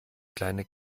kleine